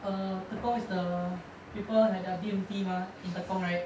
err tekong is the people had their B_M_T mah in tekong right